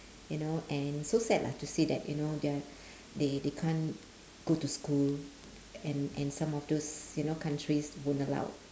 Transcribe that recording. you know and so sad lah to see that you know they're they they can't go to school and and some of those you know countries won't allow